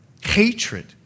hatred